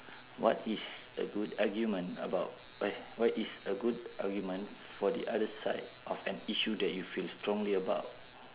what is a good argument about eh what is a good argument for the other side of an issue that you feel strongly about